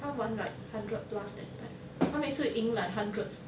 他玩 like hundred plus that type 他每次赢 like hundreds